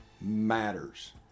matters